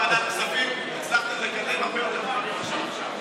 בוועדת כספים הצלחתם לקדם הרבה יותר דברים מאשר עכשיו.